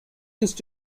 used